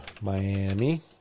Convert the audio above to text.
Miami